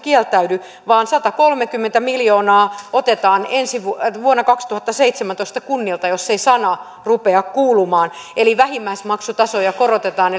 kieltäydy vaan satakolmekymmentä miljoonaa otetaan vuonna kaksituhattaseitsemäntoista kunnilta jos ei sana rupea kuulumaan eli vähimmäismaksutasoja korotetaan